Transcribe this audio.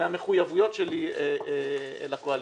מהמחויבויות שלי לקואליציה.